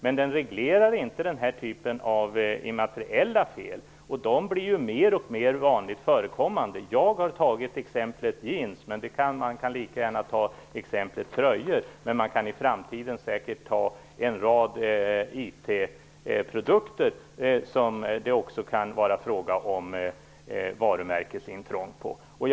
Men den reglerar inte den här typen av immateriella fel, och de blir mer och mer vanligt förekommande. Jag har tagit exemplet jeans, men man kan lika gärna ta exemplet tröjor. Det kan i framtiden säkert också bli fråga om varumärkesintrång när det gäller en rad IT-produkter.